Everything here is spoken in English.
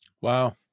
Wow